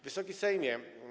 Wysoki Sejmie!